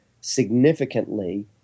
significantly